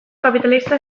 kapitalista